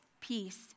peace